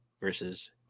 versus